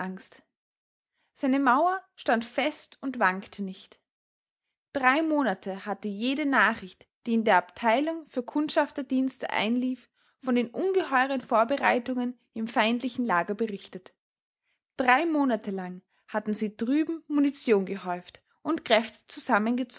seine mauer stand fest und wankte nicht drei monate hatte jede nachricht die in der abteilung für kundschafterdienste einlief von den ungeheueren vorbereitungen im feindlichen lager berichtet drei monate lang hatten sie drüben munition gehäuft und kräfte